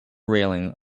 railing